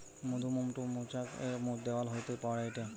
মধুমোম টো মৌচাক এর দেওয়াল হইতে পাওয়া যায়টে